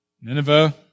Nineveh